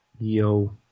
Yo